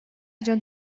дьон